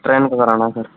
train का कराना है सर